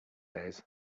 days